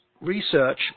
research